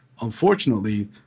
Unfortunately